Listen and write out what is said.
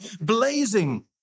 blazing